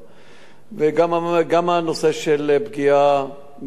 וגם הנושא של פגיעה במקרה זה,